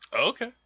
Okay